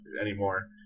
anymore